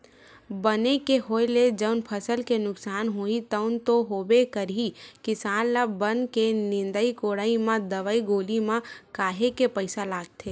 बन के होय ले जउन फसल के नुकसान होही तउन तो होबे करही किसान ल बन के निंदई कोड़ई म दवई गोली म काहेक पइसा लागथे